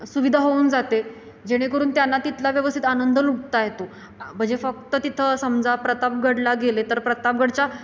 सुविधा होऊन जाते जेणेकरून त्यांना तिथला व्यवस्थित आनंद लुटता येतो म्हजे फक्त तिथं समजा प्रतापगडला गेले तर प्रतापगडच्या